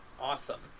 awesome